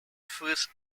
first